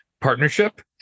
partnership